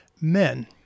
men